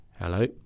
hello